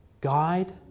guide